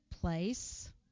place